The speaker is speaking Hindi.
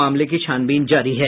मामले की छानबीन जारी है